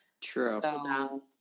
True